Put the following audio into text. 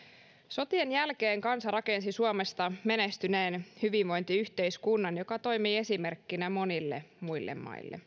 sotien jälkeen kansa rakensi suomesta menestyneen hyvinvointiyhteiskunnan joka toimii esimerkkinä monille muille maille